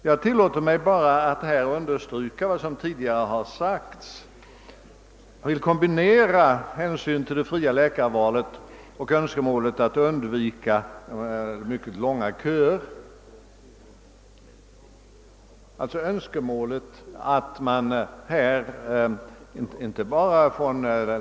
Jag tillåter mig att understryka angelägenheten av att det sker och vill kombinera önskemålet om det fria läkarvalet och önskemålet att långa köer undvi kes.